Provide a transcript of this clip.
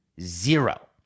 zero